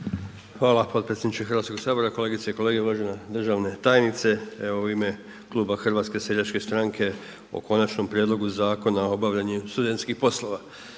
Hvala potpredsjedniče Hrvatskoga sabora, kolegice i kolege, uvažena državna tajnice. Evo u ime Kluba HSS o Konačnom prijedlogu Zakona o obavljanju studentskih poslova.